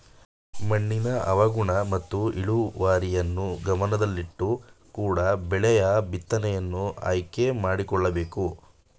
ಮಣ್ಣಿನ ಹವಾಗುಣ ಮತ್ತು ಇಳುವರಿಯನ್ನು ಗಮನದಲ್ಲಿಟ್ಟುಕೊಂಡು ಬೆಳೆಯ ಬಿತ್ತನೆಯನ್ನು ಆಯ್ಕೆ ಮಾಡಿಕೊಳ್ಳಬೇಕು